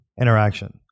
interaction